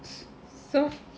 so